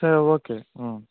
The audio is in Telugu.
సరే ఓకే